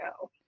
go